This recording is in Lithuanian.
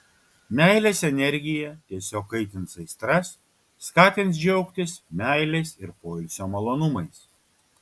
meilės energija tiesiog kaitins aistras skatins džiaugtis meilės ir poilsio malonumais